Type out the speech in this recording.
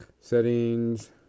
Settings